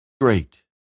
great